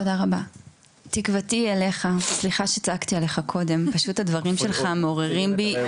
סליחה שצעקתי עליך קודם פשוט הדברים שלך מעוררים בי.